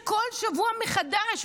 כל שבוע מחדש,